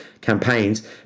campaigns